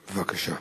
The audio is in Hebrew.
בבקשה.